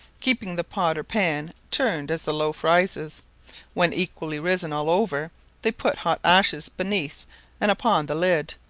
keeping the pot or pan turned as the loaf rises when equally risen all over they put hot ashes beneath and upon the lid,